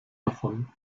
davon